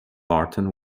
barton